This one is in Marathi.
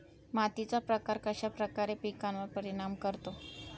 मातीचा प्रकार कश्याप्रकारे पिकांवर परिणाम करतो?